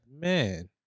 man